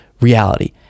reality